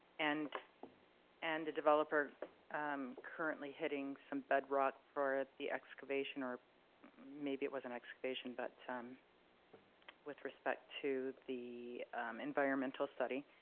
and and the developer um currently hitting some bedrock for the excavation or maybe it wasn't excavation, but um with respect to the environmental study.